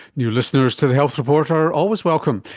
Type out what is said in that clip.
new listeners to the health report are always welcome.